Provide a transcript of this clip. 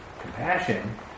compassion